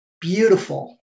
beautiful